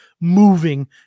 moving